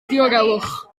diogelwch